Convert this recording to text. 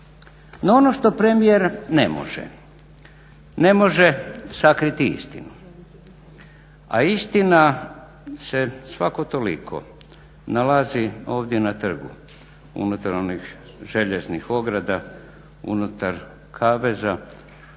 No ono što premijer ne može, ne može sakriti istinu. A istina se svako toliko nalazi ovdje na trgu unutar onih željeznih ograda, unutar kaveza.